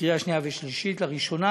בקריאה שנייה ושלישית לראשונה.